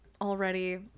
already